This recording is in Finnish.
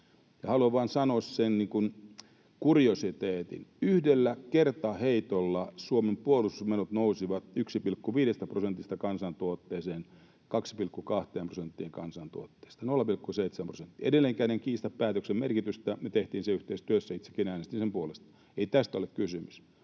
Haluan vain sanoa sen kuriositeetin, että yhdellä kertaheitolla Suomen puolustusmenot nousivat 1,5 prosentista kansantuotteesta 2,2 prosenttiin kansantuotteesta, 0,7 prosenttia. Edelleenkään en kiistä päätöksen merkitystä, me tehtiin se yhteistyössä, ja itsekin äänestin sen puolesta. Ei tästä ole kysymys,